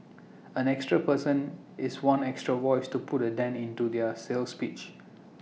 an extra person is one extra voice to put A dent into their sales pitch